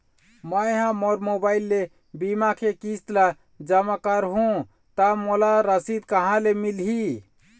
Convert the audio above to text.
मैं हा मोर मोबाइल ले बीमा के किस्त ला जमा कर हु ता मोला रसीद कहां ले मिल ही?